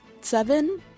Seven